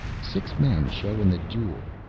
six men show in the duel.